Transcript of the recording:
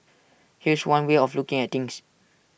here's one way of looking at things